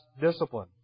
discipline